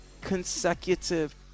consecutive